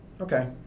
Okay